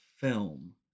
film